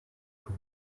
pour